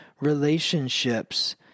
relationships